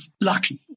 lucky